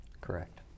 Correct